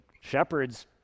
shepherds